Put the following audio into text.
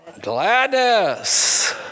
Gladness